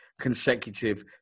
consecutive